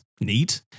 neat